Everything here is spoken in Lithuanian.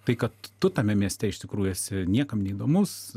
tai kad tu tame mieste iš tikrųjų esi niekam neįdomus